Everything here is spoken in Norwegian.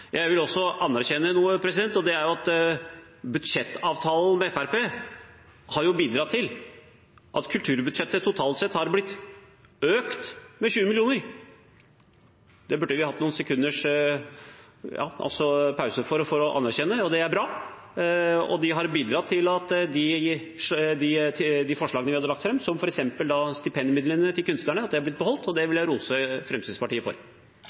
Jeg vil også anerkjenne at budsjettavtalen med Fremskrittspartiet har bidratt til at kulturbudsjettet totalt sett har blitt økt med 20 mill. kr. Det burde vi hatt noen sekunders pause for å anerkjenne. Det er bra, og de har bidratt til at de forslagene vi hadde lagt fram, som f.eks. stipendmidlene til kunstnerne, er blitt beholdt, og det vil jeg rose Fremskrittspartiet for.